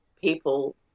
people